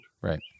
Right